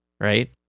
right